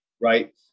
right